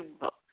book